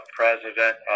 president